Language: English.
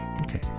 Okay